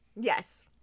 Yes